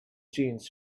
dunes